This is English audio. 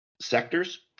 sectors